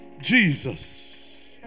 Jesus